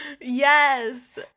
Yes